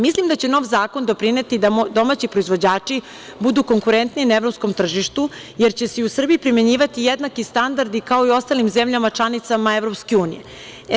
Mislim da će nov zakon doprineti da domaći proizvođači budu konkurentniji na evropskom tržištu, jer će se i u Srbiji primenjivati jednaki standardi, kao i u ostalim zemljama članicama Evropske unije.